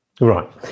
Right